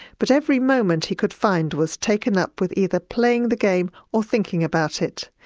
but every moment he could find was taken up with either playing the game or thinking about it.